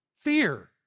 Fear